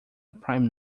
prime